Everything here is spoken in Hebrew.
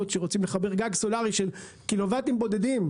שרוצים לחבר גג סולארי של קילו וואטים בודדים,